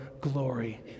glory